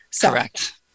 Correct